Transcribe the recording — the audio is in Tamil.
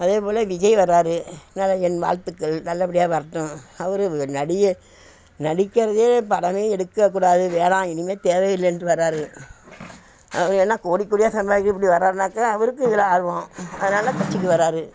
அதே போல் விஜய் வர்றார் நல்ல என் வாழ்த்துக்கள் நல்லபடியாக வரட்டும் அவர் நடிக்க நடிக்கிறதே படமே எடுக்கக்கூடாது வேணாம் இனிமேல் தேவை இல்லைன்ட்டு வர்றார் அது ஏன்னா கோடி கோடியாக சம்பாதிச்சிட்டு இப்படி வர்றாருனாக்கா அவருக்கு இதில் ஆர்வம் அதனால் கட்சிக்கு வர்றாரு